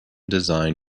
design